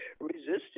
resisting